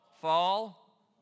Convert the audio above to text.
fall